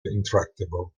intractable